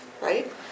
right